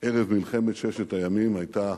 ערב מלחמת ששת הימים היתה,